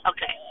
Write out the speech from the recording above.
Okay